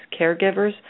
caregivers